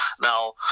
Now